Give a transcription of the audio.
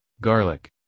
garlic